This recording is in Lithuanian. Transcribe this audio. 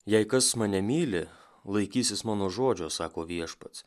jei kas mane myli laikysis mano žodžio sako viešpats